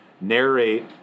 narrate